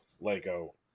Lego